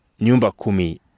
Nyumbakumi